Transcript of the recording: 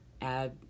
add